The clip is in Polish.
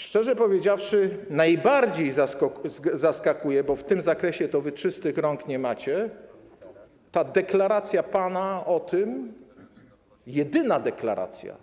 Szczerze powiedziawszy, najbardziej zaskakuje - bo w tym zakresie to wy czystych rąk nie macie - pana deklaracja o tym, jedyna deklaracja,